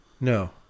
No